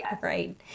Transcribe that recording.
right